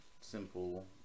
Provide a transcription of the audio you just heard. Simple